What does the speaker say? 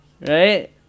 right